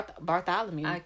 Bartholomew